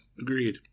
Agreed